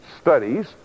studies